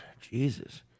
Jesus